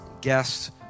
guests